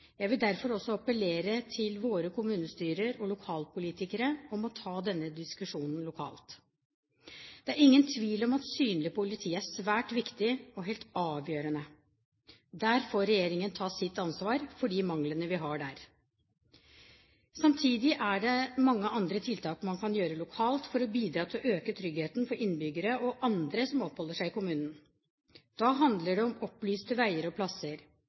Jeg vil derfor også appellere til våre kommunestyrer og lokalpolitikere om å ta denne diskusjonen lokalt. Det er ingen tvil om at synlig politi er svært viktig og helt avgjørende. Der får regjeringen ta sitt ansvar for de manglene vi har der. Samtidig er det mange andre tiltak man kan gjøre lokalt for å bidra til å øke tryggheten for innbyggere og andre som oppholder seg i kommunen. Da handler det om opplyste veier og plasser,